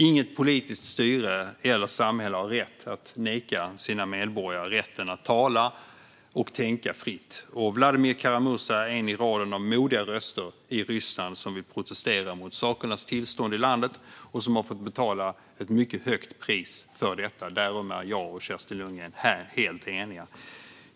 Inget politiskt styre eller samhälle har rätt att neka sina medborgare rätten att tala och tänka fritt. Vladimir Kara-Murza är en i raden av modiga röster i Ryssland som vill protestera mot sakernas tillstånd i landet och som har fått betala ett mycket högt pris för detta. Därom är jag och Kerstin Lundgren helt eniga.